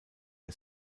der